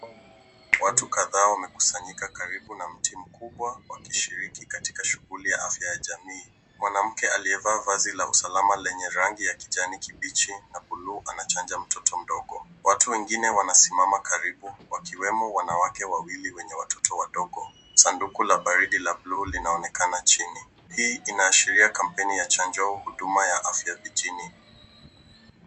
Watu kadhaa wamekusanyika karibu na mti mkubwa wakishiriki katika shughuli ya hafla ya jamii. Mwanamke aliyevaa vazi la msalaba wenye rangi ya kijani kijani kibichi na bluu anachanja mtoto ndogo. Watu wengine wanasimama karibu wakiwemo wanawake wawili wenye watoto wadogo. Sanduku la baridi la bluu linaonekana chini. Hii inaashiria kampeni ya chanjo ya huduma ya afya nchini.